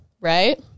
right